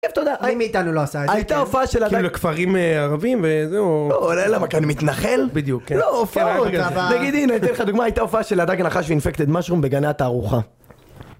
כיף תודה, מי מאיתנו לא עשה איזה כיף? הייתה הופעה של הדג...כאילו לכפרים ערבים וזהו... לא אולי למה כי אני מתנחל? בדיוק, כן. נגיד הנה, אתן לך דוגמה, הייתה הופעה של הדג נחש ואינפקטד מאשרום בגני התערוכה הארוחה.